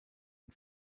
and